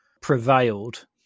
prevailed